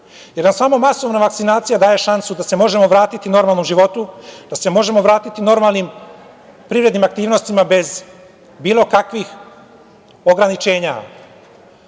jer nam samo masovna vakcinacija daje šansu da se možemo vratiti normalnom životu, da se možemo vratiti normalnim privrednim aktivnostima bez bilo kakvih ograničenja. Kada